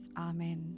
Amen